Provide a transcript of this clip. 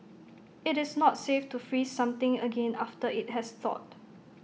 IT is not safe to freeze something again after IT has thawed